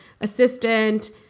assistant